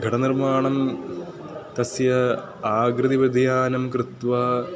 घटनिर्माणं तस्य आकृतिविद्यानां कृत्वा